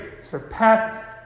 surpasses